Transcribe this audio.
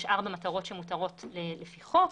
יש ארבע מטרות שמותרות לפי חוק,